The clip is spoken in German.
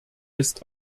ist